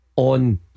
On